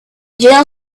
jill